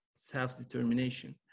Self-Determination